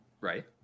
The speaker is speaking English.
Right